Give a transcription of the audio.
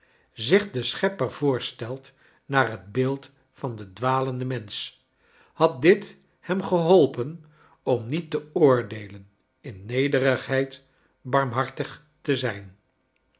zich den schepper voorstelt naar het beeld van den dwalenden mensch had dit hem geholpen om niet te oordeelen in nederigheid barmiiartig te zijn